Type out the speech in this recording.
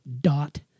Dot